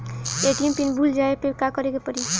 ATM PIN भूल जाए पे का करे के पड़ी?